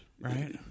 right